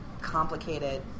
complicated